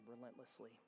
relentlessly